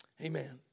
Amen